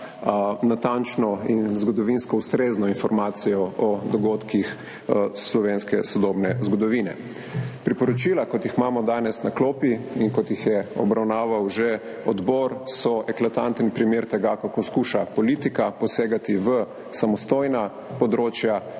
natančno in zgodovinsko ustrezno informacijo o dogodkih slovenske sodobne zgodovine. Priporočila, kot jih imamo danes na klopi in kot jih je obravnaval že odbor, so eklatanten primer tega, kako skuša politika posegati v samostojna področja,